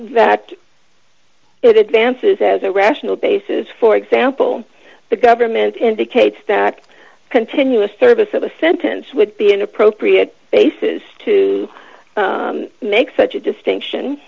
that it advances as a rational basis for example the government indicates that continuous service of a sentence would be an appropriate basis to make such a distinction